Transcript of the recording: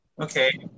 Okay